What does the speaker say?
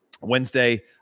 Wednesday